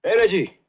reggie!